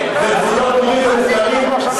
זה גבולות ברורים ומוכרים,